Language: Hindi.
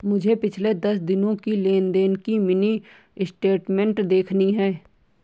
मुझे पिछले दस दिनों की लेन देन की मिनी स्टेटमेंट देखनी है